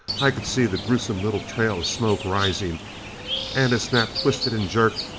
i could see the gruesome little trail of smoke rising and as snap twisted and jerked,